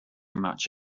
much